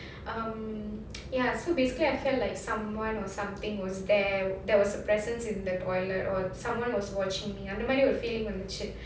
um ya so basically I felt like someone or something was there there was a presence in the toilet or someone was watching me அந்தமாரி ஒரு:andhamaari feeling வந்துச்சு:vanthuchu